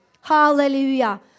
Hallelujah